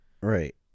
Right